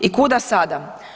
I kuda sada?